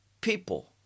people